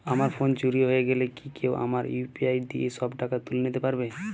আমার ফোন চুরি হয়ে গেলে কি কেউ আমার ইউ.পি.আই দিয়ে সব টাকা তুলে নিতে পারবে?